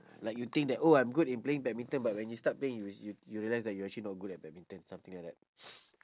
like you think that oh I'm good in playing badminton but when you start playing you you you realise that you are actually not good at badminton something like that